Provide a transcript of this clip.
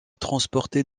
transportés